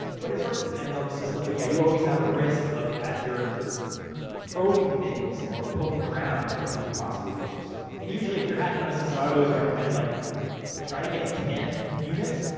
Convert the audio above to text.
but it sorta sort of depends on the system. but yeah, you always have a risk of, as you're probing things, or poking around, like that you could possibly damage something. and usually if you're hacking on a system, i would always recommend, like try to get ten units.